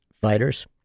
fighters